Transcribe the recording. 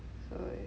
so it's